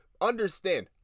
Understand